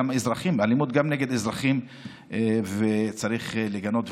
גם אלימות נגד אזרחים צריך לגנות,